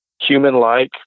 human-like